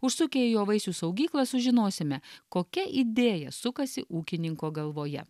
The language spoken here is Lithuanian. užsukę į jo vaisių saugyklą sužinosime kokia idėja sukasi ūkininko galvoje